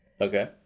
Okay